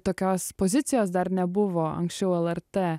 tokios pozicijos dar nebuvo anksčiau lrt